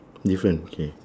different K